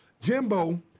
Jimbo